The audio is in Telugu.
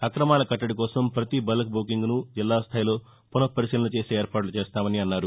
అక్రమాల కట్లడి కోసం పతి బల్క్ బుకింగ్ను జిల్లా స్థాయిలో పునఃపరిశీలన చేసే ఏర్పాట్లుచేస్తామన్నారు